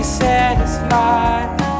satisfied